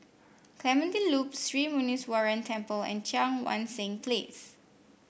Clementi Loop Sri Muneeswaran Temple and Cheang Wan Seng Place